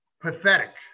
pathetic